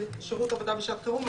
לשירות עבודה לשעת חירום,